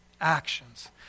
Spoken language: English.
Actions